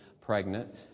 pregnant